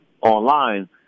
online